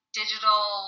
digital